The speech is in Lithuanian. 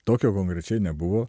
tokio konkrečiai nebuvo